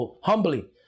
humbly